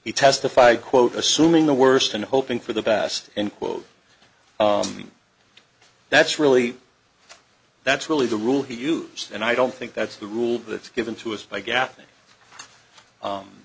he testified quote assuming the worst and hoping for the best and quote that's really that's really the rule he used and i don't think that's the rule that's given to us by gap